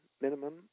minimum